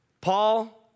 Paul